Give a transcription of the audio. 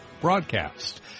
broadcast